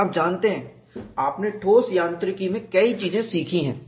और आप जानते हैं आपने ठोस यांत्रिकी में कई चीजें सीखी हैं